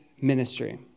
ministry